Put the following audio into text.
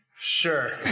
Sure